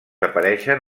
apareixen